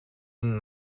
een